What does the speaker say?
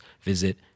visit